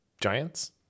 Giants